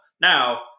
Now